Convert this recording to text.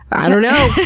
i don't know.